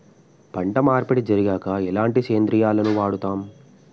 పంట మార్పిడి జరిగాక ఎలాంటి సేంద్రియాలను వాడుతం?